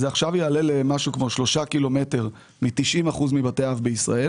זה יעלה עכשיו למשהו כמו 3 קילומטרים מ-90% מבתי האב בישראל.